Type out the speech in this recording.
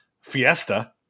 fiesta